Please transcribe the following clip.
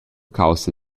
caussa